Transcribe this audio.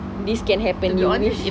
this can happen you wish